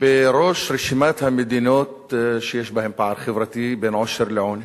בראש רשימת המדינות שיש בהן פער חברתי בין עושר לעוני.